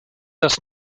das